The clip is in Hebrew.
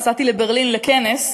נסעתי לברלין לכנס,